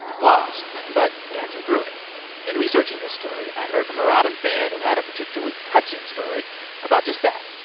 lost but dancing through it in researching this story, i heard from a robyn fan who had a particularly touching story about just that,